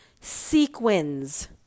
sequins